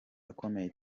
akomeye